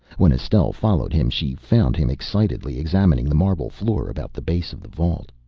when estelle followed him she found him excitedly examining the marble floor about the base of the vault.